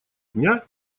дня